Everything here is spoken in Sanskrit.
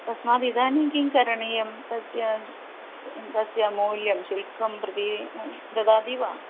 तस्मात् इदानीं किं करणीयं तस्य तस्य मौल्यं शुल्कं प्रति ददाति वा